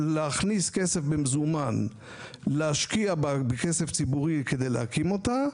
להכניס כסף במזומן ולהשקיע בכסף ציבורי כדי להקים אותה,